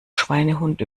schweinehund